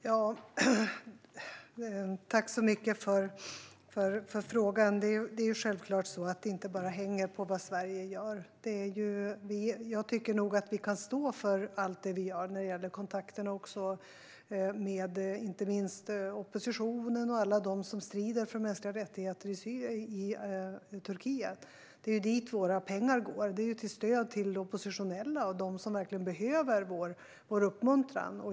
Herr talman! Jag tackar för frågan. Det är självklart så att det inte bara hänger på vad Sverige gör. Jag tycker nog att vi kan stå för allt det som vi gör även när det gäller kontakterna med inte minst oppositionen och alla som strider för mänskliga rättigheter i Turkiet. Det är dit våra pengar går - till stöd till oppositionella och till dem som verkligen behöver vår uppmuntran.